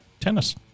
tennis